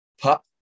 Pup